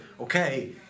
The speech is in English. okay